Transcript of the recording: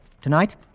Tonight